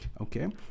Okay